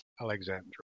Alexandra